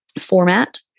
format